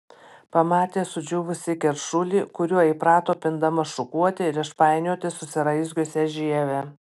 pamatė sudžiūvusį keršulį kuriuo įprato pindama šukuoti ir išpainioti susiraizgiusią žievę